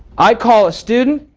i call a student,